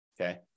okay